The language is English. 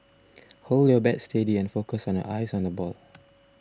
hold your bat steady and focus on your eyes on the ball